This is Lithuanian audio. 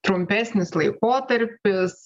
trumpesnis laikotarpis